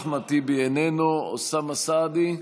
אחמד טיבי, איננו, אוסאמה סעדי,